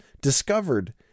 discovered